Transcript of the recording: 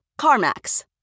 CarMax